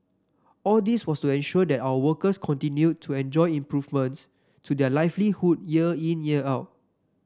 all this was to ensure that our workers continued to enjoy improvements to their livelihood year in year out